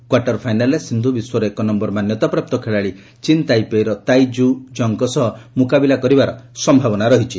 quarter ଫାଇନାଲ୍ରେ ସିନ୍ଧୁ ବିଶ୍ୱର ଏକନ୍ୟର ମାନ୍ୟତାପ୍ରପା୍ତ ଖେଳାଳି ଚୀନ୍ ତାଇପେଇର ତାଇ ଜୁ ଇଙ୍ଗ୍ଙ୍କ ସହ ମୁକାବିଲା କରିବାର ସମ୍ଭାବନା ରହିଛି